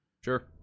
Sure